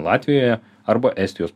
latvijoje arba estijos